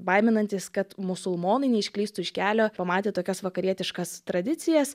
baiminantis kad musulmonai neišklystų iš kelio pamatę tokias vakarietiškas tradicijas